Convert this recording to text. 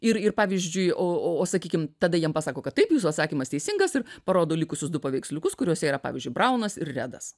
ir ir pavyzdžiui o o sakykim tada jiems pasako kad taip jūsų atsakymas teisingas ir parodo likusius du paveiksliukus kuriuose yra pavyzdžiui braunas ir redas